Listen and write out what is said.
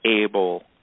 able